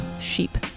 Sheep